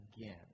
again